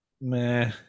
Meh